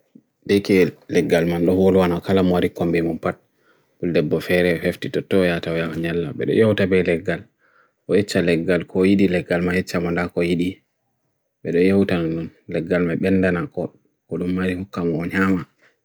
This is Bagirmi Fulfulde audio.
De ke legal man, lo holo anakalam warik kwambi mwumpat. Bulde bofere hefti tuto ya tawaya wanyalla. Bede yeh uta be legal. O itcha legal ko idi legal man, itcha manda ko idi. Bede yeh utang nun, legal me benda nanko. Kodumari hukam wanyama.